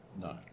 No